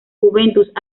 juventus